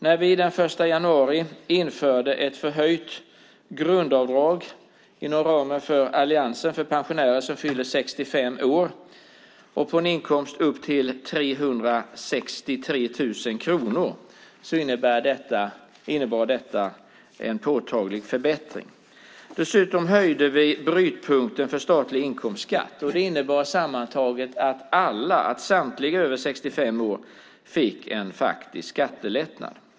När vi i alliansen den 1 januari införde ett förhöjt grundavdrag för pensionärer som fyllt 65 år och har en inkomst på upp till 363 000 kronor innebar det en påtaglig förbättring. Dessutom höjde vi brytpunkten för statlig inkomstskatt. Det innebar sammantaget att samtliga över 65 år fick en faktisk skattelättnad.